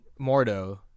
Mordo